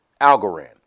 Algorand